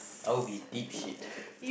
I would be in deep shit